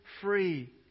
free